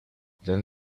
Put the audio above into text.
then